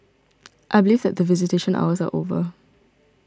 I believe that visitation hours are over